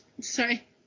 Sorry